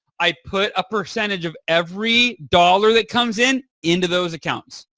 i put a percentage of every dollar that comes in into those accounts.